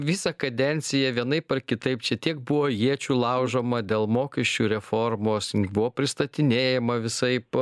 visą kadenciją vienaip ar kitaip čia tiek buvo iečių laužoma dėl mokesčių reformos buvo pristatinėjama visaip